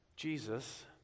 Jesus